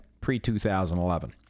pre-2011